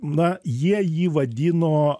na jie jį vadino